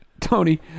Tony